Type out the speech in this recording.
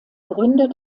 gründer